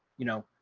you know,